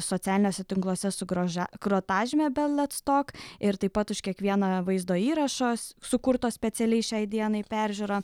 socialiniuose tinkluose su groža grotažyme bell lets tok ir taip pat už kiekvieną vaizdo įrašo sukurto specialiai šiai dienai peržiūrą